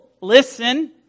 Listen